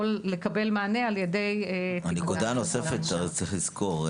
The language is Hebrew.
לקבל מענה על ידי --- הנקודה הנוספת שצריך לזכור,